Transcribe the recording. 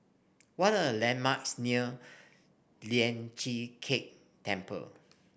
what are the landmarks near Lian Chee Kek Temple